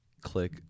click